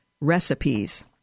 Recipes